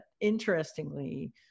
interestingly